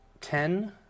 ten